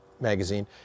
magazine